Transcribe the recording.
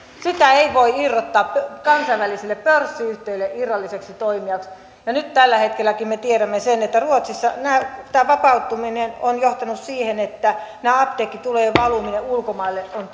sitä ei voi irrottaa kansainvälisille pörssiyhtiöille irralliseksi toimijaksi ja nyt tällä hetkelläkin me tiedämme sen että ruotsissa tämä vapautuminen on johtanut siihen että näiden apteekkitulojen valuminen ulkomaille on